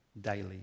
daily